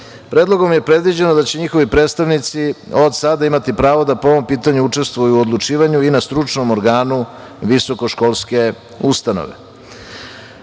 Predlogom je predviđeno da će njihovi predstavnici od sada imati pravo da po ovom pitanju učestvuju u odlučivanju i na stručnom organu visokoškolske ustanove. Druga